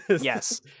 Yes